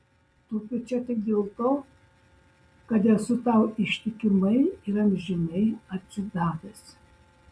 tupiu čia tik dėl to kad esu tau ištikimai ir amžinai atsidavęs